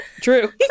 true